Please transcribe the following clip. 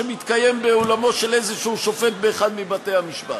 בדיון שמתקיים באולמו של איזשהו שופט באחד מבתי-המשפט?